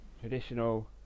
traditional